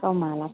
गाव माला